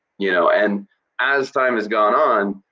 you know and as time has gone on,